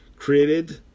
created